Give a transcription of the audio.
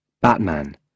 Batman